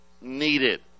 needed